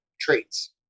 traits